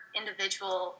individual